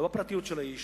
לא בפרטיות של האיש,